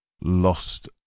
lost